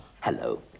Hello